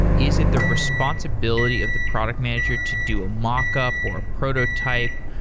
is it the responsibility of the product manager to do a mockup, or a prototype,